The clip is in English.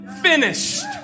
finished